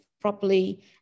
properly